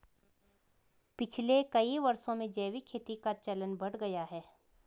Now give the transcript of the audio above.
पिछले कई वर्षों में जैविक खेती का चलन बढ़ गया है